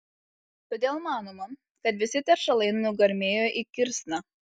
todėl manoma kad visi teršalai nugarmėjo į kirsną